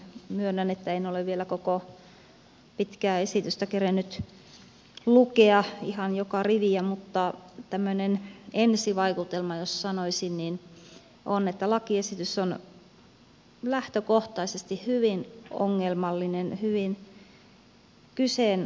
myönnän että en ole vielä koko pitkää esitystä kerinnyt lukea ihan joka riviä mutta tämmöinen ensivaikutelma jos sanoisin on että lakiesitys on lähtökohtaisesti hyvin ongelmallinen hyvin kyseenalainen